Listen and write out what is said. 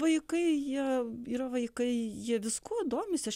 vaikai jie yra vaikai jie viskuo domisi aš